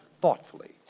thoughtfully